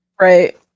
Right